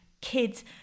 kids